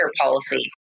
policy